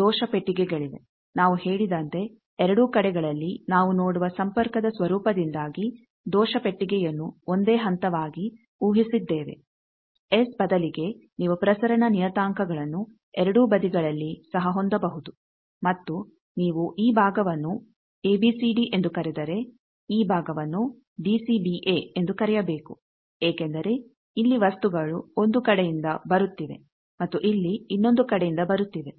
ದೋಷ ಪೆಟ್ಟಿಗೆಗಳಿವೆ ನಾವು ಹೇಳಿದಂತೆ ಎರಡೂ ಕಡೆಗಳಲ್ಲಿ ನಾವು ನೋಡುವ ಸಂಪರ್ಕದ ಸ್ವರೂಪದಿಂದಾಗಿ ದೋಷ ಪೆಟ್ಟಿಗೆಯನ್ನು ಒಂದೇ ಹಂತವಾಗಿ ಊಹಿಸಿದ್ದೇವೆ ಎಸ್ ಬದಲಿಗೆ ನೀವು ಪ್ರಸರಣ ನಿಯತಾಂಕಗಳನ್ನುಎರಡೂ ಬದಿಗಳಲ್ಲಿ ಸಹ ಹೊಂದಬಹುದು ಮತ್ತು ನೀವು ಈ ಭಾಗವನ್ನು ಎಬಿಸಿಡಿ ಎಂದು ಕರೆದರೆ ಈ ಭಾಗವನ್ನು ಡಿಸಿಬಿಏ ಎಂದು ಕರೆಯಬೇಕು ಏಕೆಂದರೆ ಇಲ್ಲಿ ವಸ್ತುಗಳು ಒಂದು ಕಡೆಯಿಂದ ಬರುತ್ತಿವೆ ಮತ್ತು ಇಲ್ಲಿ ಇನ್ನೊಂದು ಕಡೆಯಿಂದ ಬರುತ್ತಿವೆ